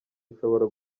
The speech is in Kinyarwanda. ishobora